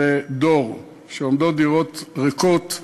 כבר דור עומדות דירות ריקות.